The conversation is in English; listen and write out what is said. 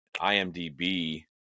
IMDB